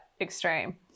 extreme